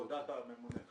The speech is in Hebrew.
של עבודת הממונה.